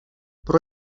pro